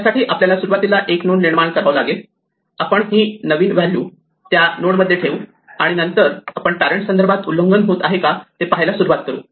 यासाठी आपल्याला सुरुवातीला एक नोड निर्माण करावा लागेल आपण ही नवीन व्हॅल्यू त्या नोड मध्ये ठेवू आणि नंतर आपण पॅरेंटस संदर्भात उल्लंघन होत आहे का ते पाहायला सुरुवात करू